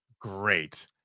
great